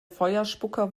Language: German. feuerspucker